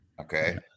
Okay